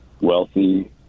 wealthy